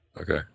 Okay